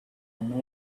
and